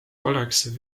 oleks